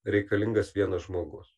reikalingas vienas žmogus